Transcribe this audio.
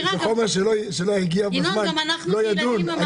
שחומר שלא יגיע בזמן לא יידון.